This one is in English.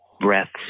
breaths